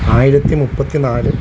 ആയിരത്തി മുപ്പത്തിനാല്